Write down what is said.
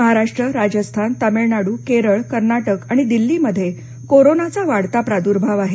महाराष्ट्र राजस्थान तामिळनाडू केरळ कर्नाटक आणि दिल्लीमध्ये कोरोनाचा वाढता प्रादुर्भाव आहे